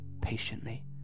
patiently